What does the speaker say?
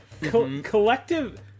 Collective